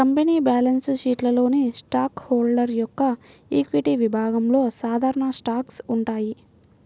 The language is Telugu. కంపెనీ బ్యాలెన్స్ షీట్లోని స్టాక్ హోల్డర్ యొక్క ఈక్విటీ విభాగంలో సాధారణ స్టాక్స్ ఉంటాయి